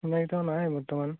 চিনাকিতো নাই বৰ্তমান